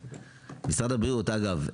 משרד הבריאות, אגב,